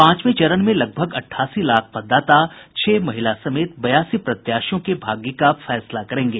पांचवे चरण में लगभग अट्ठासी लाख मतदाता छह महिला समेत बयासी प्रत्याशियों के भाग्य का फैसला करेंगे